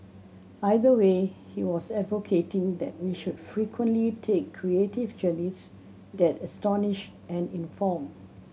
either way he was advocating that we should frequently take creative journeys that astonish and inform